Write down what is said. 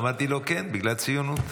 אמרתי לו: כן, בגלל ציונות.